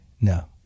No